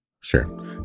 sure